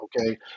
Okay